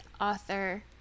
author